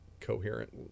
coherent